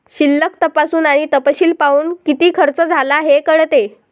शिल्लक तपासून आणि तपशील पाहून, किती खर्च झाला हे कळते